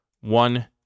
one